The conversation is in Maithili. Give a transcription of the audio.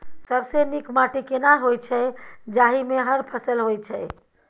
सबसे नीक माटी केना होय छै, जाहि मे हर फसल होय छै?